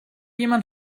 jemand